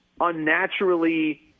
unnaturally